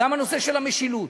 גם הנושא של המשילות.